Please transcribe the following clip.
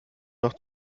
noch